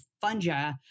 fungi